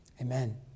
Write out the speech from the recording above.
Amen